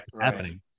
happening